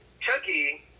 Chucky